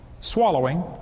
swallowing